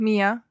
Mia